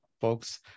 folks